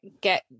get